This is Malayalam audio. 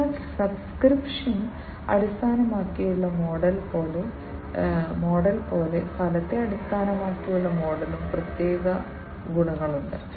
അതിനാൽ സബ്സ്ക്രിപ്ഷൻ അടിസ്ഥാനമാക്കിയുള്ള മോഡൽ പോലെ ഫലത്തെ അടിസ്ഥാനമാക്കിയുള്ള മോഡലിനും പ്രത്യേക പ്രത്യേക ഗുണങ്ങളുണ്ട്